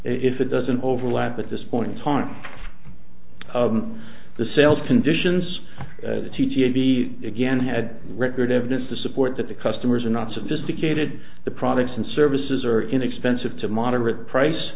if it doesn't overlap at this point in time the sales conditions t t n be again had record evidence to support that the customers are not sophisticated the products and services are inexpensive to moderate price